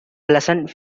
pleasant